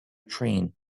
train